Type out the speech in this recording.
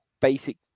basic